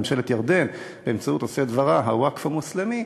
ממשלת ירדן באמצעות עושה דברה הווקף המוסלמי,